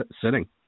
sitting